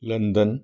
London